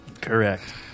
correct